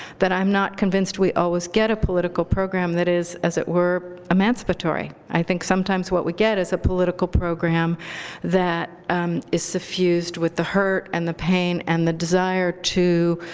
that i'm not convinced we always get a political program that is, as it were, emancipatory. i think sometimes what we get is a political program that is suffused with the hurt and the pain and the desire to